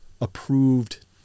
approved